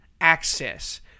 access